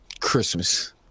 Christmas